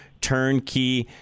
turnkey